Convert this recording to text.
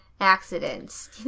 accidents